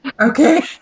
Okay